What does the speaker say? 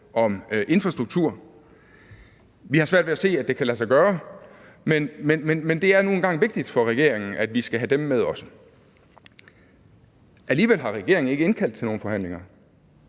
om infrastruktur. Vi har svært ved at se, at det kan lade sig gøre, men det er nu engang vigtigt for regeringen, at vi skal have dem med også. Alligevel har regeringen ikke indkaldt til nogen forhandlinger.